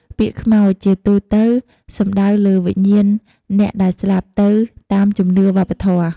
ពាក្យ "ខ្មោច" ជាទូទៅសំដៅលើវិញ្ញាណអ្នកដែលស្លាប់ទៅ តាមជំនឿវប្បធម៍។